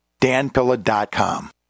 danpilla.com